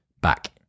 back